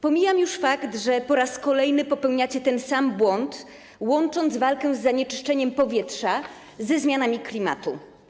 Pomijam już fakt, że po raz kolejny popełniacie ten sam błąd, łącząc walkę z zanieczyszczeniem powietrza ze zmianami klimatu.